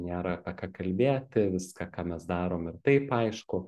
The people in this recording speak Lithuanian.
nėra apie ką kalbėti viską ką mes darom ir taip aišku